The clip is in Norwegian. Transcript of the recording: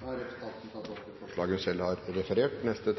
tatt opp det forslaget hun refererte til.